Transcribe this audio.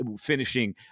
finishing